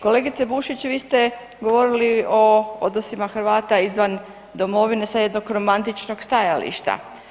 Kolegice Bušić, vi ste govorili o odnosima Hrvata izvan Domovine sa jednog romantičnog stajališta.